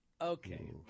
Okay